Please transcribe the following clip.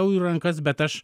eurų į rankas bet aš